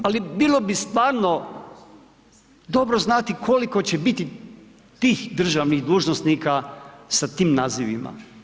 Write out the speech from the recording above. Ali bilo bi stvarno dobro znati koliko će biti tih državnih dužnosnika sa tim nazivima.